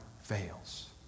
fails